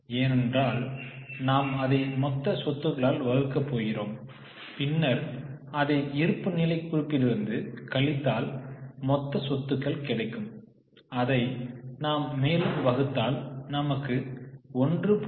ஏனென்றால் நாம் அதை மொத்த சொத்துக்களால் வகுக்கப் போகிறோம் பின்னர் அதை இருப்புநிலைக் குறிப்பிலிருந்து கழித்தால் மொத்த சொத்துக்கள் கிடைக்கும் அதை நாம் மேலும் வகுத்தால் நமக்கு 1